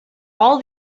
all